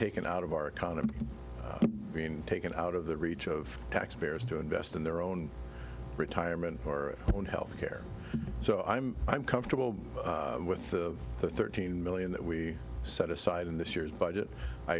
taken out of our economy being taken out of the reach of taxpayers to invest in their own retirement or on health care so i'm i'm comfortable with the thirteen million that we set aside in this year's budget i